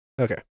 Okay